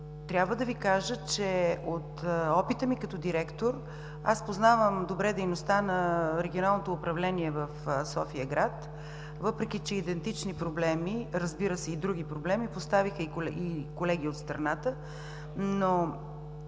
Трябва да Ви кажа, че от опита ми като директор аз познавам добре дейността на регионалното управление в София-град, въпреки че идентични проблеми – разбира се, и други проблеми, поставиха колеги от страната.